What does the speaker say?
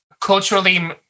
culturally